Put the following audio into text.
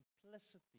simplicity